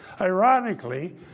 Ironically